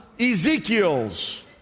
ezekiel's